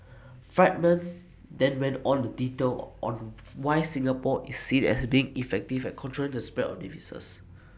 Friedman then went on the detail on why Singapore is seen as being effective at controlling the spread of diseases